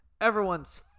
Everyone's